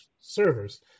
servers